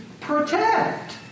protect